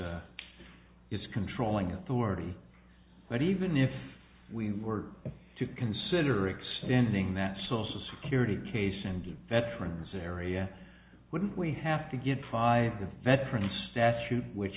is controlling authority but even if we were to consider extending that social security case and veterans area wouldn't we have to get five veterans statute which